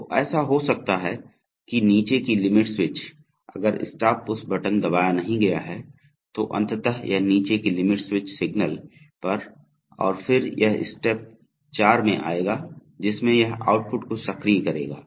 तो ऐसा हो सकता है कि नीचे की लिमिट स्विच अगर स्टॉप पुश बटन दबाया नहीं गया है तो अंततः यह नीचे की लिमिट स्विच सिग्नल पर और फिर यह स्टेप 4 में आएगा जिसमें यह आउटपुट को सक्रिय करेगा